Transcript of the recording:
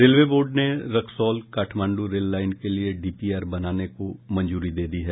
railway board ने Raxaul Kathmandu rail line के लिए डीपीआर बनाने को मंजूरी दे दी है